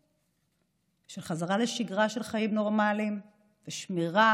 של חזרה לשגרה של חיים נורמליים ושמירה